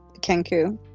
Kenku